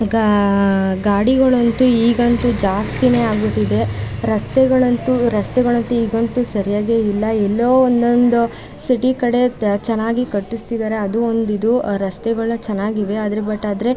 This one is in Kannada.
ಗಾ ಗಾಡಿಗಳಂತೂ ಈಗಂತೂ ಜಾಸ್ತಿಯೇ ಆಗಿಬಿಟ್ಟಿದೆ ರಸ್ತೆಗಳಂತೂ ರಸ್ತೆಗಳಂತೂ ಈಗಂತೂ ಸರಿಯಾಗಿಯೇ ಇಲ್ಲ ಎಲ್ಲೋ ಒಂದೊಂದು ಸಿಟಿ ಕಡೆ ಚೆನ್ನಾಗಿ ಕಟ್ಟಿಸ್ತಿದ್ದಾರೆ ಅದು ಒಂದಿದು ರಸ್ತೆಗಳು ಚೆನ್ನಾಗಿವೆ ಆದರೆ ಬಟ್ ಆದರೆ